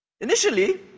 Initially